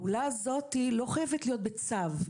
הפעולה הזאת לא חייבת להיות בצו,